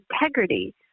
integrity